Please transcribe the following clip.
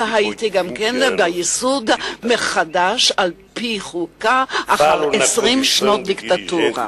וגם בייסוד מחדש של החוקה אחרי 20 שנות דיקטטורה.